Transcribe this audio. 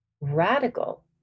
radical